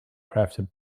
crafted